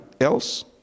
else